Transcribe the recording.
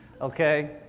Okay